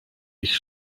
ich